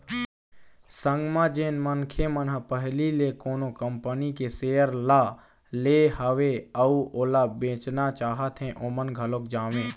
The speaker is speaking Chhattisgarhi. संग म जेन मनखे मन ह पहिली ले कोनो कंपनी के सेयर ल ले हवय अउ ओला बेचना चाहत हें ओमन घलोक जावँय